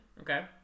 Okay